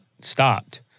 stopped